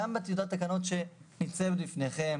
גם בטיוטת התקנות שניצבת לפניכם